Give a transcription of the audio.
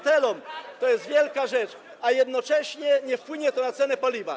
To jest wielka rzecz, a jednocześnie nie wpłynie to na cenę paliwa.